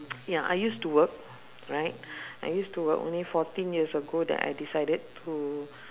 ya I used to work right I used to worked only fourteen years ago that I decided to